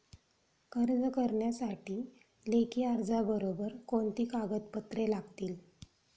कर्ज करण्यासाठी लेखी अर्जाबरोबर कोणती कागदपत्रे लागतील?